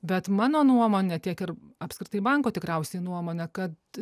bet mano nuomone tiek ir apskritai banko tikriausiai nuomone kad